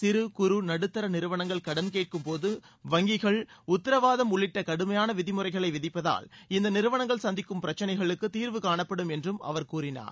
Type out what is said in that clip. சிறு குறு நடுத்தர நிறுவனங்கள் கடன் கேட்கும்போது வங்கிகள் உத்திரவாதம் உள்ளிட்ட கடுமையான விதிமுறைகளை விதிப்பதால் இந்த நிறுவனங்கள் சந்திக்கும் பிரச்சினைகளுக்கு தீர்வு காணப்படும் என்றும் அவர் கூறினார்